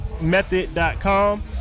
method.com